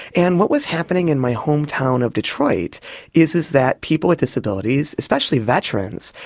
and what was happening in my hometown of detroit is is that people with disabilities, especially veterans,